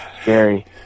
scary